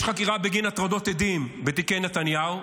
יש חקירה בגין הטרדות עדים בתיקי נתניהו.